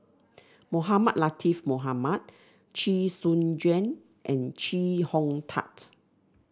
Mohamed Latiff Mohamed Chee Soon Juan and Chee Hong Tat